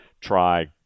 try